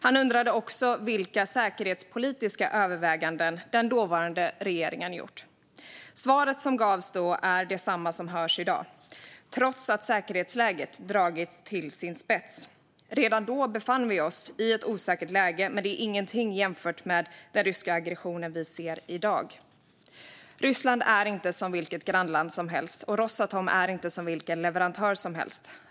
Han undrade också vilka säkerhetspolitiska överväganden den dåvarande regeringen gjort. Svaret som gavs då var detsamma som hörs i dag, trots att säkerhetsläget har dragits till sin spets. Redan då befann vi oss i ett osäkert läge, men det är ingenting jämfört med den ryska aggression vi ser i dag. Ryssland är inte som vilket grannland som helst, och Rosatom är inte som vilken leverantör som helst.